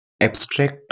abstract